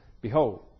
Behold